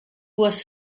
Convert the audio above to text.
was